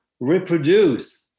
reproduce